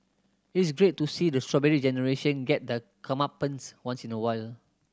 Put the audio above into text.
it is great to see the Strawberry Generation get their comeuppance once in a while